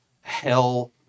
hell